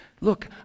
look